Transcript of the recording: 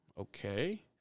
okay